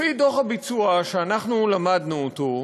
לפי דוח הביצוע, שאנחנו למדנו אותו,